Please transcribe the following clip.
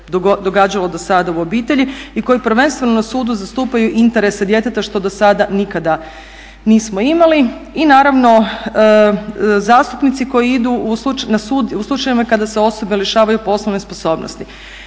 događalo dosada u obitelji i koji prvenstveno na sudu zastupaju interese djeteta što dosada nikada nismo imali. I naravno zastupnici koji idu na sud u slučajevima kada se osobe lišavaju poslovne sposobnosti.